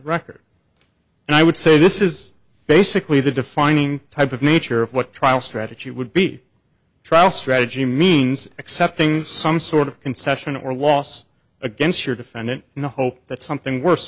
record and i would say this is basically the defining type of nature of what trial strategy would be trial strategy means accepting some sort of concession or loss against your defendant in the hope that something worse